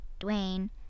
Dwayne